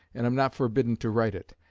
and am not forbidden to write it.